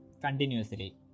continuously